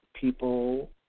people